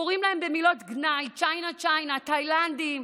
קוראים להם במילות גנאי: צ'יינה צ'יינה, תאילנדים,